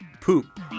poop